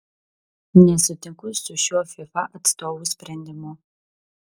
nesutinku su šiuo fifa atstovų sprendimu